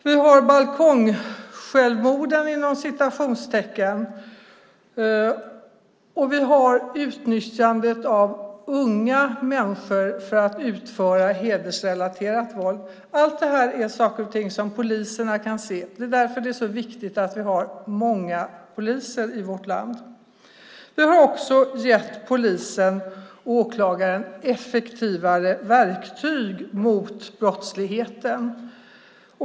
Vi har "balkongsjälvmorden" och utnyttjandet av unga människor för utförande av hedersrelaterat våld. Allt det här är saker och ting som poliserna kan se. Det är därför det är så viktigt att vi har många poliser i vårt land. Vi har också gett polisen och åklagaren effektivare verktyg mot brottsligheten.